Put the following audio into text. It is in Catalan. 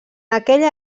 aquella